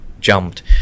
jumped